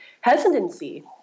hesitancy